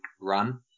run